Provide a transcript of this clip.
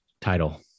title